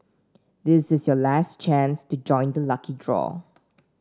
this is your last chance to join the lucky draw